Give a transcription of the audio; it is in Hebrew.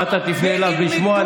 אם אתה תפנה אליו לשמוע,